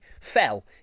fell